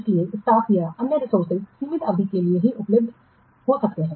इसलिए स्टाफ या अन्य रिसोर्सेज सीमित अवधि के लिए ही उपलब्ध हो सकते हैं